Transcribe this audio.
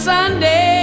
Sunday